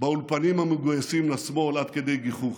באולפנים המגויסים לשמאל עד כדי גיחוך.